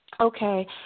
Okay